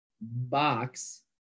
box